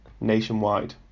nationwide